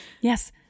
Yes